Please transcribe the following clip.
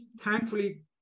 thankfully